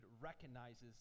recognizes